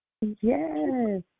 Yes